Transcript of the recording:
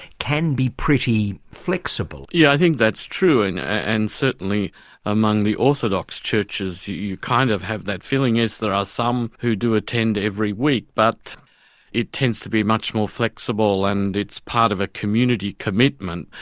can be pretty flexible. yes, yeah i think that's true and and certainly among the orthodox churches you kind of have that, feeling is there are some who do attend every week. but it tends to be much more flexible and it's part of a community commitment,